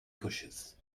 cautious